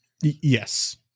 Yes